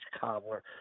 Cobbler